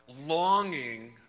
longing